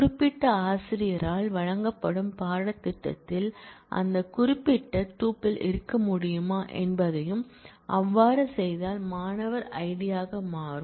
குறிப்பிட்ட ஆசிரியரால் வழங்கப்படும் பாடத்திட்டத்தில் அந்த குறிப்பிட்ட டூப்பிள் இருக்க முடியுமா என்பதையும் அவ்வாறு செய்தால் மாணவர் ஐடியாக மாறும்